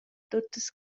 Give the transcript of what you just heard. tuttas